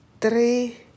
three